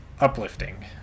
uplifting